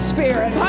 Spirit